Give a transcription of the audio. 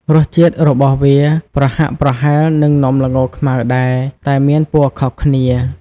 រសជាតិរបស់វាប្រហាក់ប្រហែលនឹងនំល្ងខ្មៅដែរ តែមានពណ៌ខុសគ្នា។